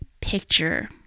picture